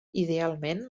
idealment